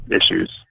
issues